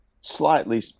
slightly